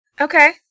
Okay